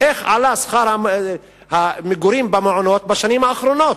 איך עלה שכר המגורים במעונות בשנים האחרונות.